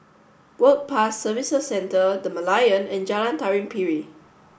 Work Pass Services Centre The Merlion and Jalan Tari Piring